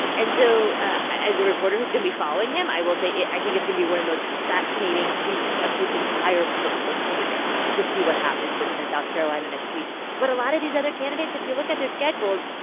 and so as a reporter who's going to be following him, i will say i think it's going to be one of those fascinating weeks of his entire political career to see what happens with him in south carolina next week but a lot of these other candidates, if you look at their schedules,